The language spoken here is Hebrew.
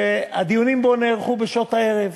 שהדיונים בו נערכו בשעות הערב.